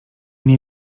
nie